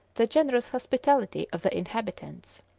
the generous hospitality of the inhabitants.